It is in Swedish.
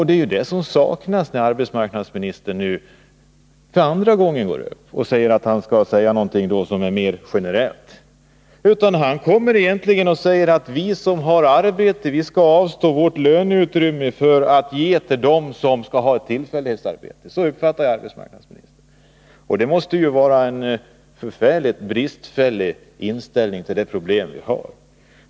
Det är det som saknas när arbetsmarknadsministern, nu för andra gången, går upp och säger att han skall säga någonting som är mer generellt. Arbetsmarknadsministern säger egentligen att vi som har arbete skall avstå vårt löneutrymme för att ge till dem som behöver få ett tillfällighetsarbete. Så uppfattar jag arbetsmarknadsministern. Detta måste ju vara en förfärligt bristfällig inställning till de problem vi har.